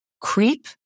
creep